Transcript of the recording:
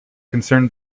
concerned